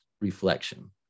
reflection